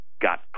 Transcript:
got